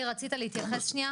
אתה רוצה להתייחס שנייה?